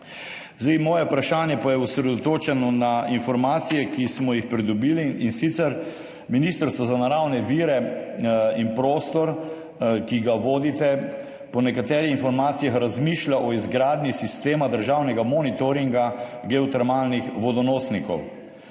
Moje vprašanje pa je osredotočeno na informacije, ki smo jih pridobili, in sicer Ministrstvo za naravne vire in prostor, ki ga vodite, po nekaterih informacijah razmišlja o izgradnji sistema državnega monitoringa geotermalnih vodonosnikov.